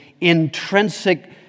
intrinsic